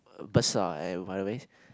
basah and by the ways